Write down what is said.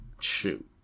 Shoot